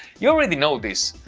you already know this.